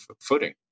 footing